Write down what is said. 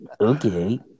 Okay